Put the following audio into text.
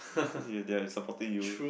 your dad is supporting you